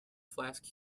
flask